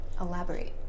Elaborate